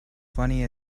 funny